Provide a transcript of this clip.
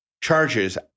charges